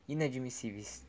Inadmissíveis